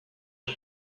him